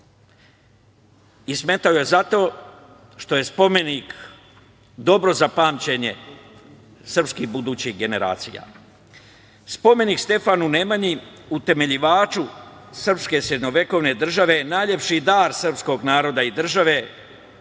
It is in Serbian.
i smeta joj zato što je spomenik dobro za pamćenje srpskih budućih generacija. Spomenik Stefanu Nemanji, utemeljivaču srpske srednjovekovne države, najlepši dar srpskog naroda i države